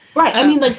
right i mean, look,